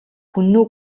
хүннү